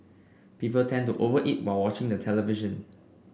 people tend to over eat while watching the television